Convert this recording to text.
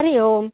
हरिः ओम्